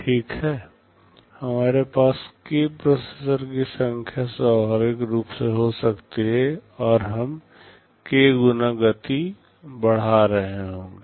ठीक है हमारे पास k प्रोसेसर की संख्या स्वाभाविक रूप से हो सकती है और हम k गुणा गति बढ़ा रहे होंगे